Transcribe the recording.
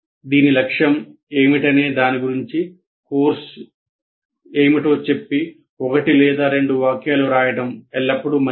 దీని లక్ష్యం ఏమిటనే దాని గురించి కోర్సు ఏమిటో చెప్పి ఒకటి లేదా రెండు వాక్యాలు రాయడం ఎల్లప్పుడూ మంచిది